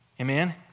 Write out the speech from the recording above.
Amen